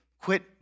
quit